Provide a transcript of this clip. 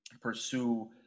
pursue